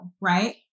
right